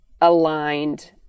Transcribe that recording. aligned